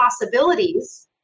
possibilities